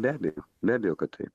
be abejo be abejo kad taip